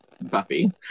Buffy